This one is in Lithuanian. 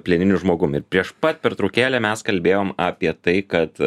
plieniniu žmogum ir prieš pat pertraukėlę mes kalbėjom apie tai kad